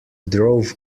drove